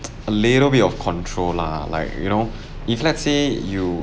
a little bit of control lah like you know if let's say you